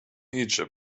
egypt